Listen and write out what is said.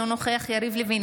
אינו נוכח יריב לוין,